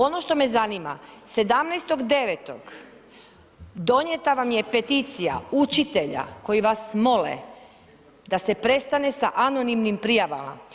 Ono što me zanima 17.9. donijeta vam je peticija učitelja koji vas mole da se prestane sa anonimnim prijavama.